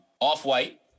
off-white